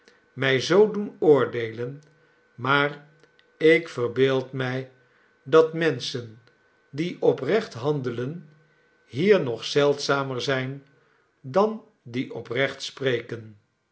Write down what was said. mij zoo doen oordeelen maar ik verbeeld mij dat menschen die oprecht handelen hier nog zeldzamer zijn dan die oprecht spreken